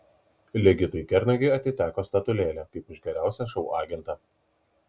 ligitui kernagiui atiteko statulėlė kaip už geriausią šou agentą